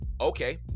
Okay